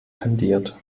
kandiert